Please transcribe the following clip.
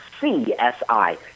C-S-I